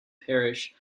parish